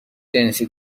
جنسی